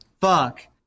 Fuck